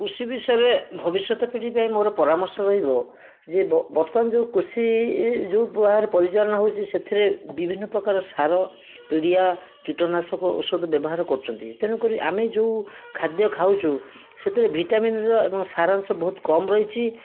କୃଷି ବିଷୟରେ ଭବିଷ୍ୟତ ପିଢ଼ି ପାଇଁ ମୋର ପରାମର୍ଶ ରହିବ ଯେ ବର୍ତ୍ତମାନ ଯେଉଁ କୃଷି ଇ ଯେଉଁ ପ୍ରକାର ପରିଚାଳନା ହେଉଛି ସେଥିରେ ବିଭିନ୍ନପ୍ରକାର ସାର ପିଡ଼ିଆ କୀଟନାଶକ ଔଷଧ ବ୍ୟବହାର କରୁଛନ୍ତି ତେଣୁକରି ଆମେ ଯେଉଁ ଖାଦ୍ୟ ଖାଉଛୁ ସେଥିରେ ଭିଟାମିନ୍ର ଏବଂ ସାରାଂଶ ବହୁତ କମ୍ ରହିଛି